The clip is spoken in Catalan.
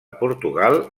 portugal